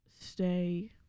stay